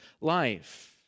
life